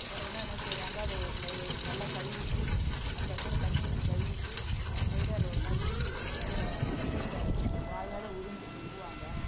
உடனே என்ன செய்வாங்க அதை பிளே நல்லா கழுவிட்டு அந்த இடத்தில் தண்ணி ஊற்றி கழுவிட்டு பிளேடாலாக ஒருமாதிரி கீறி விட்டுட்டு அந்த ரத்தத்தை வாயால் உறிஞ்சு துப்புவாங்க